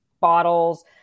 bottles